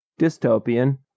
Dystopian